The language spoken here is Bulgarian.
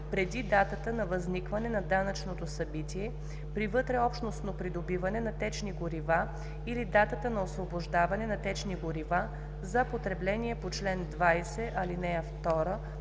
преди датата на възникване на данъчното събитие при вътреобщностно придобиване на течни горива или датата на освобождаване на течни горива за потребление по чл. 20, ал. 2,